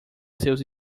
seus